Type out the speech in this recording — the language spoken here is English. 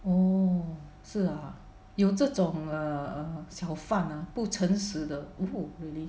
oh 是啊有这种 err 小贩 ah 不诚实的 oo really